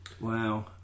Wow